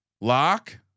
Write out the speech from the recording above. Lock